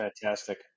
fantastic